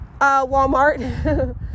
Walmart